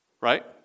Right